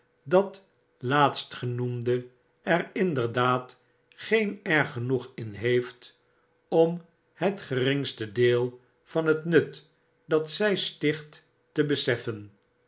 dat laatstgenoemde er inderdaad geen erg genoeg in heeft om het geringste deel van het nut dat zjj sticht te beseffen